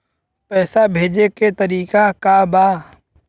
पैसा भेजे के तरीका का बा?